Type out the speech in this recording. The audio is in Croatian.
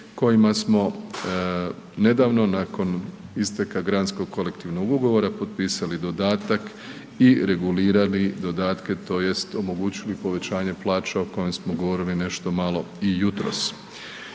kojima smo nedavno nakon isteka granskog kolektivnog ugovora potpisali dodatak i regulirali dodatke tj. omogućili povećanje plaća o kojem smo govorili nešto malo i jutros.